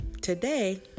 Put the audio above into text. today